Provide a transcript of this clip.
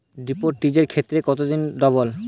ডিপোজিটের ক্ষেত্রে কত দিনে ডবল?